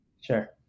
Sure